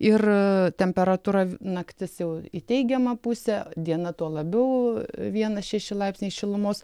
ir temperatūra naktis jau į teigiamą pusę diena tuo labiau vienas šeši laipsniai šilumos